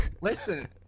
Listen